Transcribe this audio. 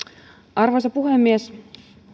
arvoisa puhemies